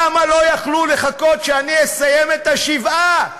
למה לא יכלו לחכות שאני אסיים את השבעה?